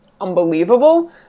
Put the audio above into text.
unbelievable